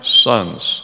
sons